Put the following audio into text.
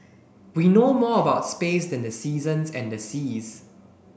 we know more about space than the seasons and the seas